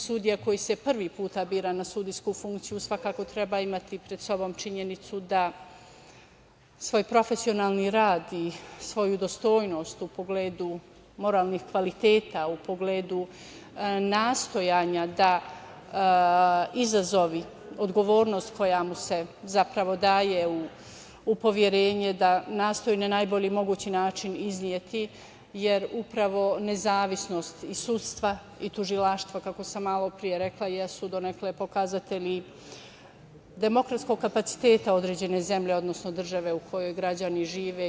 Sudija koji se prvi put bira na sudijsku funkciju svakako treba imati pred sobom činjenicu da svoj profesionalni rad i svoju dostojnost u pogledu moralnih kvaliteta, u pogledu nastojanja da izazovi, odgovornost koja mu se zapravo daje u poverenje, da nastoji na najbolji mogući način izneti, jer upravo nezavisnost sudstva i tužilaštva, kako sam malopre rekla, jesu donekle pokazatelji demokratskog kapaciteta određene zemlje, odnosno države u kojoj građani žive.